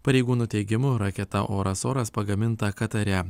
pareigūnų teigimu raketa oras oras pagaminta katare